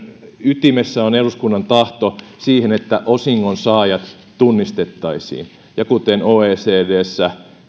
ytimessähän on eduskunnan tahto siihen että osingonsaajat tunnistettaisiin ja kuten oecdssä